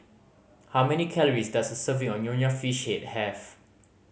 how many calories does a serving of Nonya Fish Head have